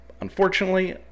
Unfortunately